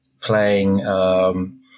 playing